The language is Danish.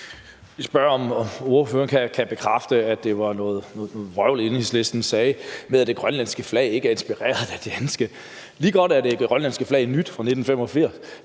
lige spørge, om ordføreren kan bekræfte, at det var noget vrøvl, Enhedslistens ordfører sagde, om, at det grønlandske flag ikke er inspireret af det danske. Godt nok er det grønlandske flag nyt – det